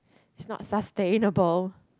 it's not sustainable